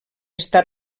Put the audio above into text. està